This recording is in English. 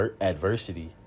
adversity